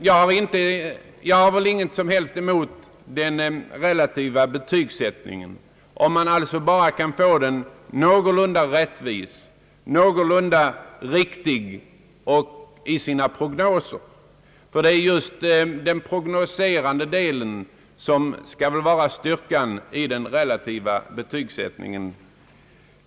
Jag har ingenting emot den relativa betygssättningen om man kan få den någorlunda rättvis och riktig i sina prognoser — det är just den prognostiserande delen som skall vara styrkan i den relativa betygssättningen.